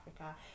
africa